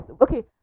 okay